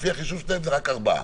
לפי החישוב שלהם זה רק ארבעה.